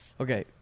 Okay